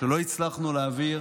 לא הצלחנו להעביר